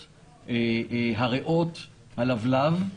הריאות, הכליות, הלבלב,